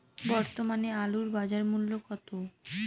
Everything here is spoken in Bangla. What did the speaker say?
বর্তমানে আলুর বাজার মূল্য কত?